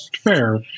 fair